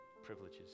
privileges